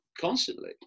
constantly